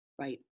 Right